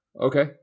Okay